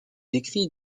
écrits